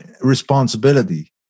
responsibility